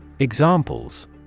Examples